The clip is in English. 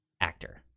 actor